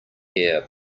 air